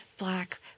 black